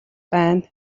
байна